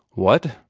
what!